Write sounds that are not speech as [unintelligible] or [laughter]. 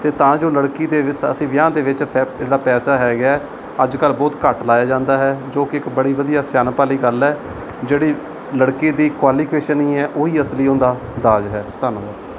ਅਤੇ ਤਾਂ ਜੋ ਲੜਕੀ ਦੇ [unintelligible] ਅਸੀਂ ਵਿਆਹ ਦੇ ਵਿੱਚ ਫੈ ਜਿਹੜਾ ਪੈਸਾ ਹੈਗਾ ਅੱਜ ਕੱਲ੍ਹ ਬਹੁਤ ਘੱਟ ਲਗਾਇਆ ਜਾਂਦਾ ਹੈ ਜੋ ਕਿ ਇੱਕ ਬੜੀ ਵਧੀਆ ਸਿਆਣਪ ਵਾਲੀ ਗੱਲ ਹੈ ਜਿਹੜੀ ਲੜਕੀ ਦੀ ਕੁਆਲੀਕੇਸ਼ਨ ਹੀ ਹੈ ਉਹੀ ਅਸਲੀ ਉਹਦਾ ਦਾਜ ਹੈ ਧੰਨਵਾਦ